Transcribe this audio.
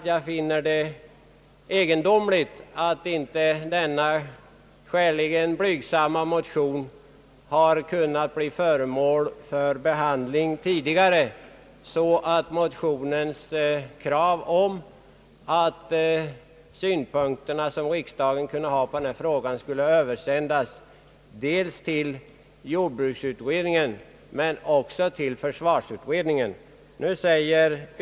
Jag finner det egendomligt att denna skäligen blygsamma motion inte har kunnat bli föremål för behandling tidigare, så att kamrarna fått ta ställning till motionens krav om att de synpunkter som riksdagen kunde ha på den här frågan skulle översändas dels till jordbruksutredningen, dels till försvarsutredningen.